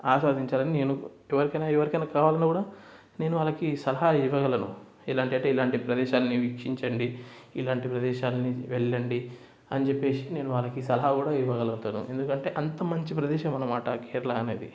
ఆస్వాదించడం నేను ఎవరికైనా ఎవరికైనా కావాలన్నా కూడా నేను వాళ్ళకి సలహా ఇవ్వగలను ఇలాంటటే ఇలాంటి ప్రదేశాలని వీక్షించండి ఇలాంటి ప్రదేశాలని వెళ్ళండి అని చెప్పేసి నేను వాళ్ళకి సలహా కూడా ఇవ్వగలుగుతాను ఎందుకంటే అంత మంచి ప్రదేశం అనమాట కేరళ అనేది